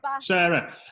Sarah